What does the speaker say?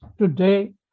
today